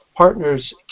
Partners